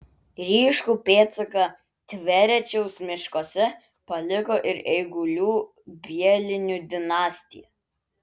ryškų pėdsaką tverečiaus miškuose paliko ir eigulių bielinių dinastija